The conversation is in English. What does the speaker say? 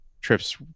trips